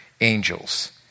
angels